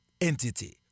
entity